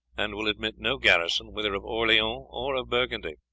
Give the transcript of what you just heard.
and will admit no garrison whether of orleans or of burgundy.